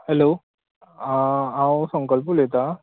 hello आ आंव संकल्प उलयतां